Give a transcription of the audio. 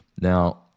Now